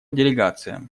делегациям